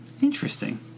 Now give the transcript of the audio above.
Interesting